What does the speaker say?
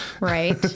Right